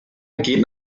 geht